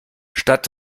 statt